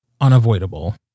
unavoidable